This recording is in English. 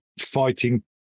fighting